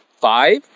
five